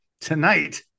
tonight